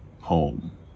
home